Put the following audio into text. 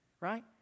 Right